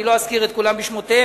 אני לא אזכיר את כולם בשמותיהם,